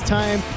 time